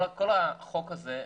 כל החוק הזה,